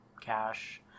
cash